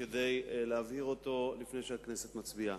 וחשוב להבהיר אותו לפני שהכנסת מצביעה.